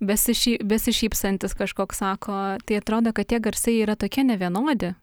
besišy besišypsantis kažkoks sako tai atrodo kad tie garsai yra tokie nevienodi